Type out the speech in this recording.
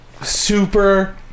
Super